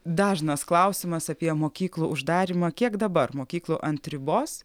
dažnas klausimas apie mokyklų uždarymą kiek dabar mokyklų ant ribos